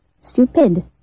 Stupid